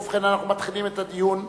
ובכן, אנחנו מתחילים את הדיון הסיעתי.